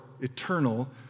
eternal